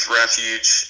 refuge